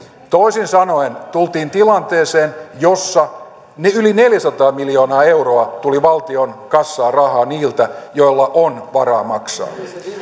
toisin sanoen tultiin tilanteeseen jossa yli neljäsataa miljoonaa euroa tuli valtion kassaan rahaa niiltä joilla on varaa maksaa